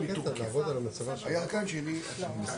המדיניות הכלכלית לשנות התקציב 2023 ו-2024,